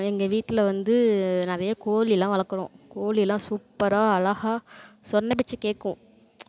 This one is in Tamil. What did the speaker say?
எங்கள் வீட்டில் வந்து நிறையா கோழிலாம் வளக்கிறோம் கோழிலாம் சூப்பராக அழகா சொன்ன பேச்சை கேட்கும்